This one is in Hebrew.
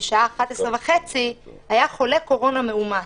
בשעה 11:30, היה חולה קורונה מאומת.